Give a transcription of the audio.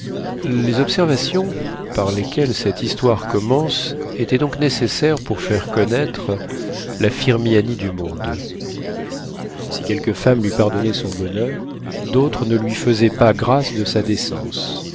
les observations par lesquelles cette histoire commence étaient donc nécessaires pour faire connaître la firmiani du monde si quelques femmes lui pardonnaient son bonheur d'autres ne lui faisaient pas grâce de sa décence